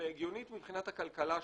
אלא הגיונית מבחינת הכלכלה שלה.